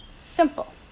Simple